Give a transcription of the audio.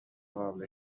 قابل